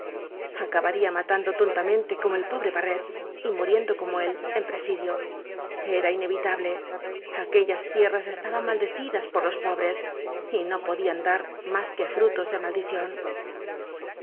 ma tando tontamente como el pobre barret y muriendo como él en presidio era inevitable aquellas tierras estaban maldecidas por los pobres y no podían dar más que frutos de maldición